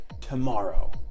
tomorrow